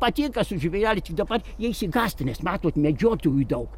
patinka su žvėreliais tik dabar jie išsigąsta nes matot medžiotojų daug